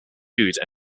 sued